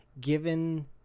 given